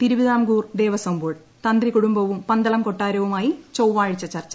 Thiruvithamkoor Devaswom board തന്ത്രി കുടുംബവും പന്തളം കൊട്ടാരവുമായ്ട്ട് ചാവ്വാഴ്ച ചർച്ചു